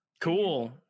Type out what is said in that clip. Cool